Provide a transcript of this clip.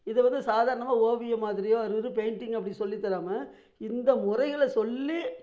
இதை வந்து சாதாரணமாக ஓவியம் மாதிரியோ அது வந்து பெயிண்டிங் அப்படின்னு சொல்லித்தராமல் இந்த முறைகளை சொல்லி